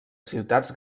ciutats